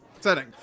Setting